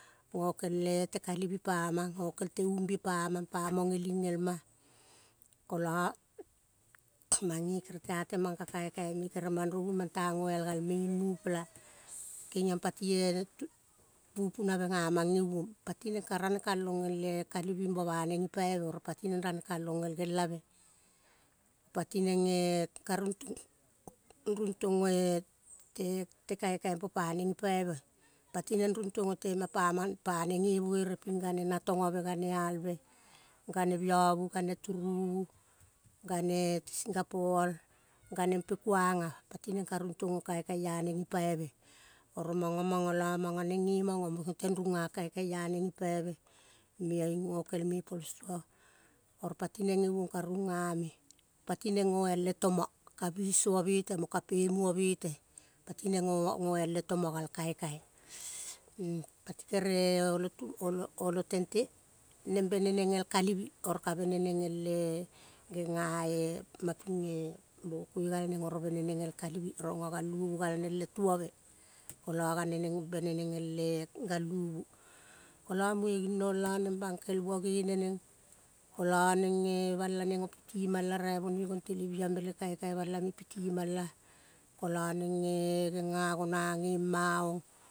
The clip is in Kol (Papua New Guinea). Gokel-e tekalivi pa mang gokel teumbie pa mang pa mong geling el ma kolo mange kere ta temang ka kaikai me, kere man rovi mang ta goel gal me ing newpla. Kegiong pati eh pupu nave gamang gei uong pati neng ka ranekalong el-e kalivi bo baneng gipaive pati neng rane, kalong el gel lave pati neng e, karung tong, rung tong o-eh te kaikai po paneng gipaive. Pati neng rung tong. Otema, pa mang, pa neng gebuere ping gane natogove gane alve gane biovu, gane turuvu gane-e singapo ol gane pe kuang ah. Pati neng ka rung tong o-kaikai ah neng gipaive, oro manga manga lo mango neng ge mango neng teng runga kaikai ah aneng gipaive meo i gokel me ipo el stoa. Oro patineng ge uong, ka runga me. Pati neng goel le tomo ka biso bete, ka pemuo bete, pati neng goel le tomo gal, kaikai. Pati kere, olo tente, neng benengeg el, kalivi. Oro ka beneneg el-e, genga eh ma ping eh. Bogoi gal neng oro beneneg el kalivi rongo galuvu gal neng le tuove, kolo beneneg el galuvu, kolo muge ginong lo bangkel buo geneneg kolo neng bal la neng, piti mala raivonoi gong televiambe le kaikai bala me piti mala, kolo neng eh genga gona ge ma ong.